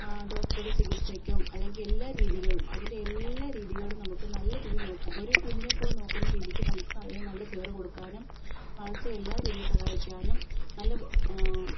ഡോക്ടറുടെ ചികിത്സയ്ക്കും അല്ലെങ്കിൽ എല്ലാ രീതികളും അതിൻ്റെ എല്ലാ രീതികളും നമുക്ക് നല്ല രീതിയിൽ നോക്കാം ഒരു കുഞ്ഞിനെപ്പോലെ നോക്കുന്ന രീതിക്ക് നമുക്ക് അതിനെ നല്ല കെയർ കൊടുക്കാനും മറിച്ച് എല്ലാ രീതിയിൽ സഹായിക്കാനും നല്ല